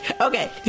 Okay